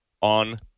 on